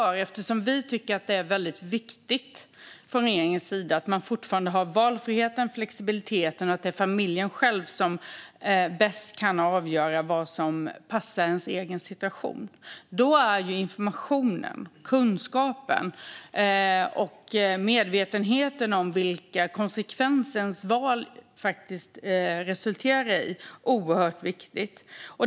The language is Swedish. Från regeringens sida tycker vi att det är väldigt viktigt att människor har valfriheten och flexibiliteten. Det är familjerna själva som bäst kan avgöra vad som passar deras egen situation. Där är informationen, kunskapen och medvetenheten om vilken konsekvens ens val resulterar i oerhört viktiga.